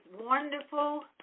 wonderful